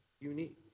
unique